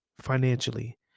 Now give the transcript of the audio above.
financially